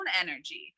energy